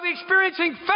experiencing